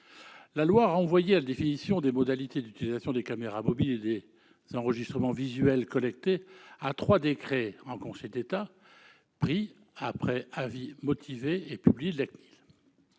La loi renvoyait la définition des modalités d'utilisation des caméras mobiles et des enregistrements visuels collectés à trois décrets en Conseil d'État pris après avis motivé et publié de la